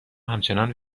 همچنان